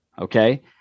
Okay